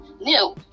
new